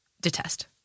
detest